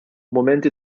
mumenti